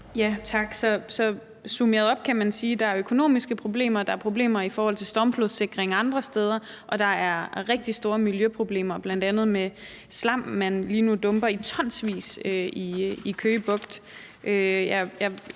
Tak. Summeret op kan man sige, at der er økonomiske problemer, at der er problemer i forhold til stormflodssikring andre steder, og at der er rigtig store miljøproblemer, bl.a. med den slam, man lige nu dumper i tonsvis i Køge Bugt.